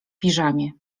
piżamie